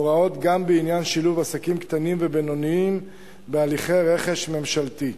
הוראות גם בעניין שילוב עסקים קטנים ובינוניים בהליכי רכש ממשלתי.